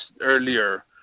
earlier